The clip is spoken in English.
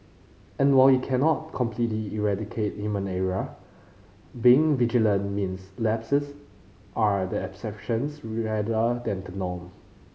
and while it cannot completely eradicate human error being vigilant means lapses are the exceptions rather than the norm